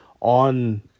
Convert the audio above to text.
on